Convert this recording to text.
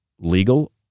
Legal